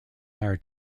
higher